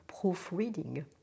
proofreading